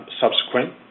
subsequent